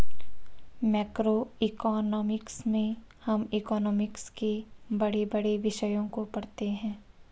macroeconomics में हम economics के बड़े बड़े विषयों को पढ़ते हैं